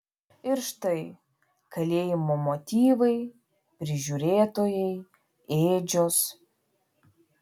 ir štai kalėjimo motyvai prižiūrėtojai ėdžios